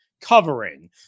covering